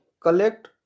collect